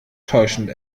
täuschend